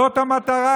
זאת המטרה.